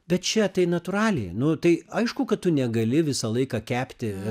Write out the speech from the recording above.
bet čia tai natūraliai nu tai aišku kad tu negali visą laiką kepti